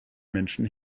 menschen